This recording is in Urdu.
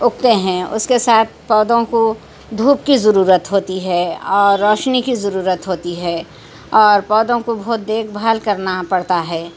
اگتے ہیں اس کے ساتھ پودوں کو دھوپ کی ضرورت ہوتی ہے اور روشنی کی ضرورت ہوتی ہے اور پودوں کو بہت دیکھ بھال کرنا پڑتا ہے